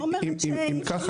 אם ככה,